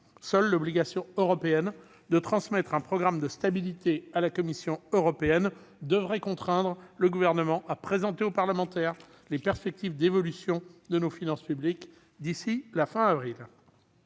Seule l'obligation européenne de transmettre un programme de stabilité à la Commission devrait contraindre le Gouvernement à présenter aux parlementaires les perspectives d'évolution de nos finances publiques d'ici à la fin du